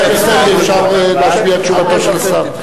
חבר הכנסת אדרי, אפשר להשמיע את תשובתו של השר?